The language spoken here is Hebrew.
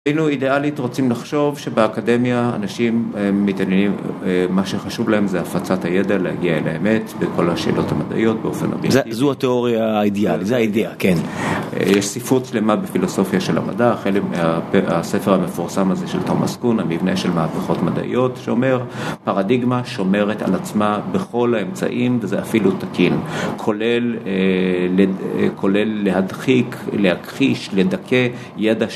אפילו אידיאלית רוצים לחשוב שבאקדמיה אנשים מתעניינים מה שחשוב להם זה הפצת הידע להגיע אל האמת בכל השאלות המדעיות באופן אמיתי זו התיאוריה האידיאלית, זו הידיעה, כן יש סיפור שלמה בפילוסופיה של המדע, החלק מהספר המפורסם הזה של תומאס קון, המבנה של מהפכות מדעיות שאומר פרדיגמה שומרת על עצמה בכל האמצעים וזה אפילו תקין כולל להדחיק, להכחיש, לדכא ידע ש